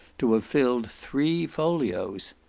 to have filled three folios.